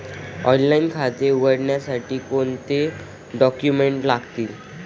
Online खाते उघडण्यासाठी कोणते डॉक्युमेंट्स लागतील?